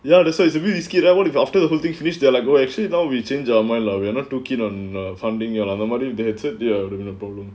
ya that's why it's a really scared level if you after the whole thing finish their like go actually now we change our mind lah we are not too keen on a funding ya lah no madame hatred their problem